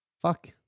Fuck